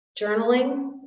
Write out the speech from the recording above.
journaling